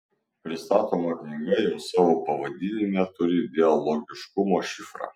pristatoma knyga jau savo pavadinime turi dialogiškumo šifrą